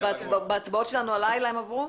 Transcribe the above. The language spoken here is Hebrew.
בהצבעות שלנו הלילה הם עברו?